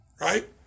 right